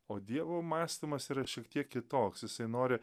o dievo mąstymas yra šiek tiek kitoks jisai nori